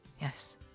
yes